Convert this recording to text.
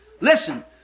Listen